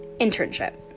internship